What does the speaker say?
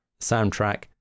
soundtrack